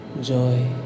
joy